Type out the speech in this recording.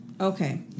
Okay